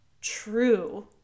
true